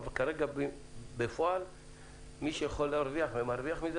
אבל כרגע בפועל מי שיכול להרוויח ומרוויח מזה